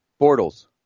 Bortles